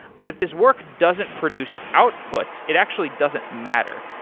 but if this work doesn't produce outputs, it actually doesn't matter.